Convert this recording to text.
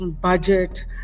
budget